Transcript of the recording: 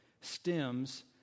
stems